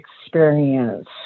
experience